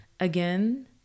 Again